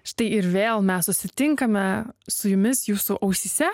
štai ir vėl mes susitinkame su jumis jūsų ausyse